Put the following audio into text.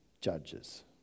judges